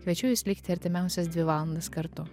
kviečiu jus likti artimiausias dvi valandas kartu